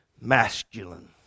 masculine